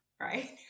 right